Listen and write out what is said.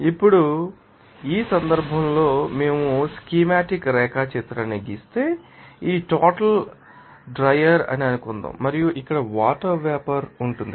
ఇప్పుడు వారు ఈ సందర్భంలో ఉన్నారు మేము స్కీమాటిక్ రేఖాచిత్రాన్ని గీస్తే ఈ టోటల్ ఆరబెట్టేది అని అనుకుందాం మరియు ఇక్కడ వాటర్ వేపర్ ఉంటుంది